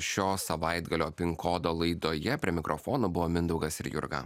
šio savaitgalio pin kodo laidoje prie mikrofono buvo mindaugas ir jurga